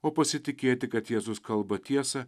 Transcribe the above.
o pasitikėti kad jėzus kalba tiesą